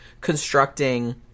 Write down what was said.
constructing